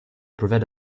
prevent